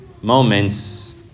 moments